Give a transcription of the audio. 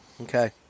okay